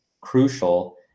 crucial